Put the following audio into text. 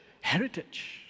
heritage